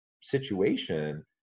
situation